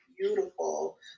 beautiful